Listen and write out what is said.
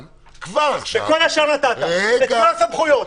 בכל השאר נתת את כל הסמכויות.